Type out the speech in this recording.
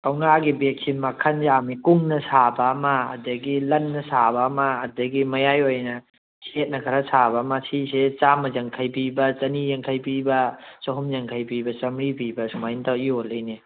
ꯀꯧꯅꯥꯒꯤ ꯕꯦꯛꯁꯤ ꯃꯈꯟ ꯌꯥꯝꯃꯤ ꯀꯨꯡꯅ ꯁꯥꯕ ꯑꯃ ꯑꯗꯒꯤ ꯂꯟꯅ ꯁꯥꯕ ꯑꯃ ꯑꯗꯒꯤ ꯃꯌꯥꯏ ꯑꯣꯏꯅ ꯆꯦꯠꯅ ꯈꯔ ꯁꯥꯕ ꯑꯃ ꯁꯤꯁꯦ ꯆꯥꯝꯃ ꯌꯥꯉꯈꯩ ꯄꯤꯕ ꯆꯅꯤ ꯌꯥꯡꯈꯩ ꯄꯤꯕ ꯆꯍꯨꯝ ꯌꯥꯡꯈꯩ ꯄꯤꯕ ꯆꯥꯝꯃꯔꯤ ꯄꯤꯕ ꯁꯨꯃꯥꯏꯅ ꯇꯧꯔ ꯌꯣꯜꯂꯤ ꯏꯅꯦ